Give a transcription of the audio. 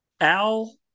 Al